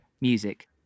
music